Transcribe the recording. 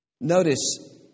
Notice